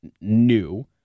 new